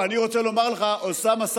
אני רוצה לומר לך, אוסאמה סעדי,